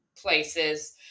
places